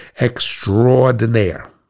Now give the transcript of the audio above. extraordinaire